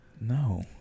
No